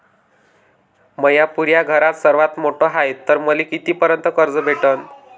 म्या पुऱ्या घरात सर्वांत मोठा हाय तर मले किती पर्यंत कर्ज भेटन?